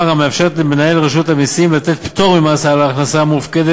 המאפשרת למנהל רשות המסים לתת פטור ממס על הכנסה המופקת